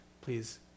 please